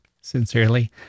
Sincerely